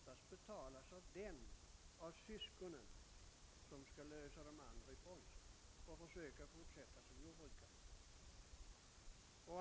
Vi varnade från vårt håll för denna utveckling när liberaliseringen en gång genomfördes. Den högre arvsskatt som eventuellt kommer att införas får nog ofta betalas av dem av syskonen som skall lösa ut de andra och försöka fortsätta som jordbrukare.